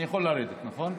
אני יכול לרדת, נכון?